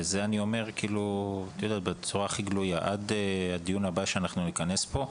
ואת זה אני אומר בצורה הכי גלויה עד הדיון הבא שנכנס פה,